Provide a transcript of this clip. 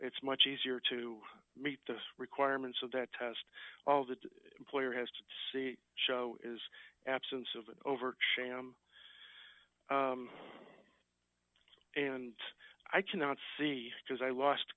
it's much easier to meet the requirements of that test all the employer has to see show is absence of overt sham and i cannot see because i lost